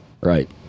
Right